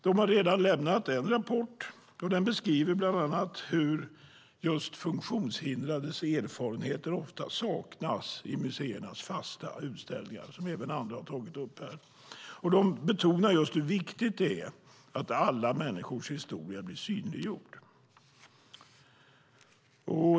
De har redan lämnat en rapport där de beskriver bland annat hur just funktionshindrades erfarenheter ofta saknas i museernas fasta utställningar, något som även andra tagit upp här. De betonar hur viktigt det är att alla människors historia blir synliggjord.